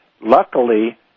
Luckily